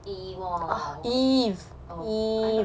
E wall oh I tak tahu lah mana aku tahu E wall iya